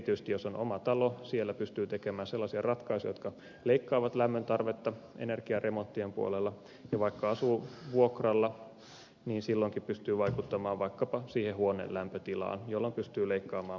erityisesti jos on oma talo siellä pystyy tekemään sellaisia ratkaisuja jotka leikkaavat lämmöntarvetta energiaremonttien puolella ja vaikka asuu vuokralla niin silloinkin pystyy vaikuttamaan vaikkapa siihen huoneen lämpötilaan jolloin pystyy leikkaamaan lämmönkulutusta